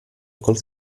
col